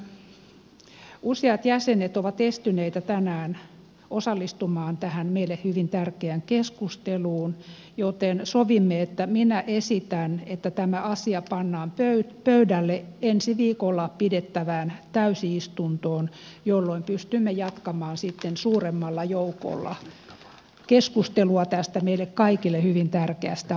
tarkastusvaliokunnan useat jäsenet ovat estyneitä tänään osallistumaan tähän meille hyvin tärkeään keskusteluun joten sovimme että minä esitän että tämä asia pannaan pöydälle ensi viikolla pidettävään täysistuntoon jolloin pystymme jatkamaan sitten suuremmalla joukolla keskustelua tästä meille kaikille hyvin tärkeästä aiheesta